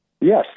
Yes